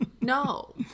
No